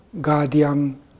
guardian